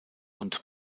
und